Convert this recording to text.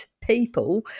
people